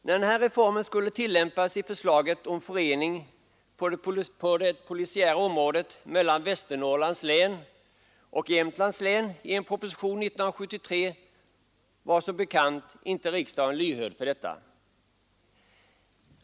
När den reformen skulle tillämpas i förslaget om förening på det polisiära området mellan Västernorrlands län och Jämtlands län i en proposition år 1973 var som bekant inte riksdagen lyhörd för detta.